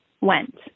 went